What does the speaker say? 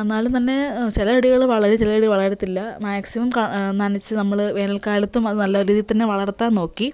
എന്നാലും തന്നെ ചില ചെടികൾ വളരും ചില ചെടികൾ വളരത്തില്ല മാക്സിമം ക നനച്ച് നമ്മൾ വേനൽക്കാലത്തും അത് നല്ല രീതിയിൽ തന്നെ വളർത്താൻ നോക്കി